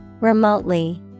Remotely